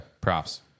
Props